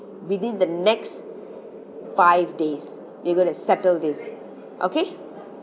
within the next five days we are gonna settle this okay